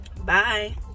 Bye